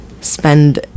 spend